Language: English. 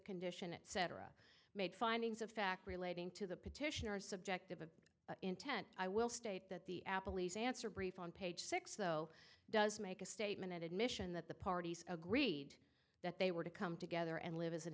condition etc made findings of fact relating to the petitioner is subjective of intent i will state that the apple e's answer brief on page six though does make a statement an admission that the parties agreed that they were to come together and live as an